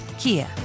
Kia